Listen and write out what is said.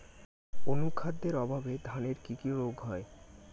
অনুখাদ্যের অভাবে ধানের কি কি রোগ হয়?